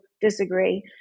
disagree